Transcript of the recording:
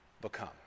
become